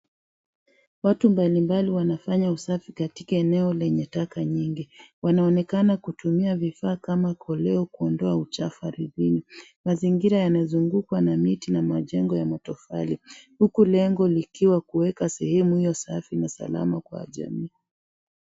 Watu mbalimbali wanafanya usafi katika eneo lenye taka nyingi ,wanaonekana kutumia vifaa kama koleo kuondoa uchafu ardini , mazingira yamezungukwa na miti na majengo ya matofali huku lengo likiwa kueka sehemu hiyo safi na salama kwa jamii.